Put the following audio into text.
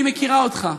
אני מכירה אותך.